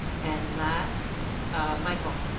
and last michael.